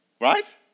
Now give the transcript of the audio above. right